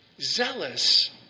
Zealous